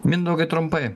mindaugai trumpai